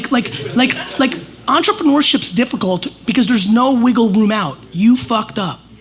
like like like entrepreneurship difficult because there's no wiggle room out, you fucked up.